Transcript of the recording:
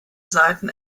seiten